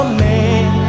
man